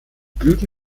blüten